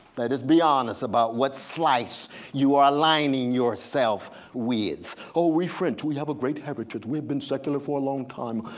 let us be honest about what slice you are aligning yourself with. oh, we're french we have a great heritage. we've been secular for long time.